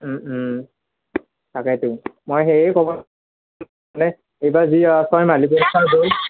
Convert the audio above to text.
তাকেতো মই সেই ক'ব মানে এইবাৰ যি হ'ল ছয়মাহিলী পৰীক্ষা গ'ল